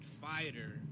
fighter